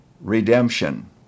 redemption